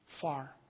far